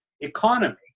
economy